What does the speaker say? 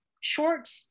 short